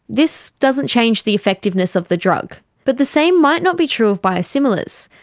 this doesn't change the effectiveness of the drug, but the same might not be true of biosimilars.